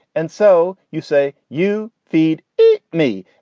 and so you say you feed eat me.